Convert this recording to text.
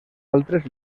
altres